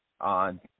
on